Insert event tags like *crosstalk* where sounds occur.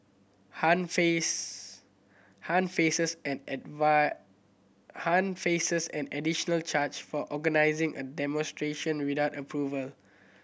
Han face Han faces an *unintelligible* Han faces an additional charge for organising a demonstration without approval